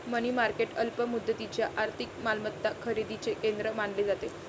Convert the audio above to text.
मनी market अल्प मुदतीच्या आर्थिक मालमत्ता खरेदीचे केंद्र मानले जाते